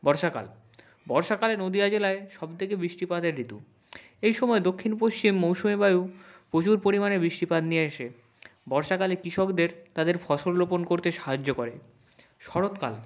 বর্ষাকাল বর্ষাকালে নদীয়া জেলায় সব থেকে বৃষ্টিপাতের ঋতু এই সময় দক্ষিণ পশ্চিম মৌসুমি বায়ু প্রচুর পরিমাণে বৃষ্টিপাত নিয়ে এসে বর্ষাকালে কৃষকদের তাদের ফসল রোপণ করতে সাহায্য করে শরৎকাল